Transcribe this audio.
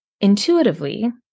intuitively